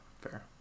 Fair